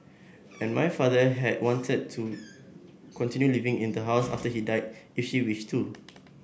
and my father had wanted her to continue living in the house after he died if she wished to